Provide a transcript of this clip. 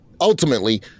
ultimately